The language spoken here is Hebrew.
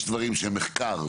יש דברים שהם מחקר.